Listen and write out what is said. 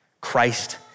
Christ